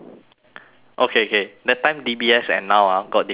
okay K that time D_B_S and now ah got difference or not